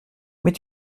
mais